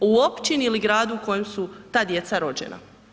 O općini ili gradu u kojem su ta djeca rođena.